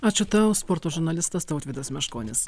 ačiū tau sporto žurnalistas tautvydas meškonis